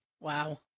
Wow